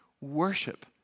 worship